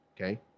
Okay